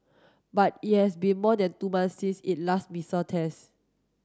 but it has been more than two months since it last missile test